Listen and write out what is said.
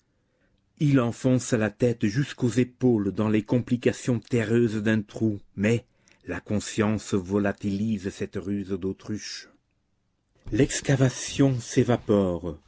il enfonce la tête jusqu'aux épaules dans les complications terreuses d'un trou mais la conscience volatilise cette ruse d'autruche l'excavation s'évapore